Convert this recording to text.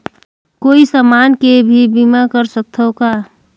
कोई समान के भी बीमा कर सकथव का?